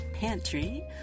Pantry